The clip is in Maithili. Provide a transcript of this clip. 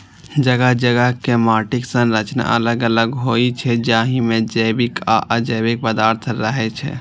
जगह जगह के माटिक संरचना अलग अलग होइ छै, जाहि मे जैविक आ अजैविक पदार्थ रहै छै